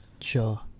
Sure